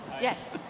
Yes